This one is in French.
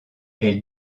elle